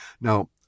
Now